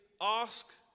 ask